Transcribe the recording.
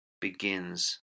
begins